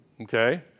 Okay